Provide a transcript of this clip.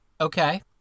Okay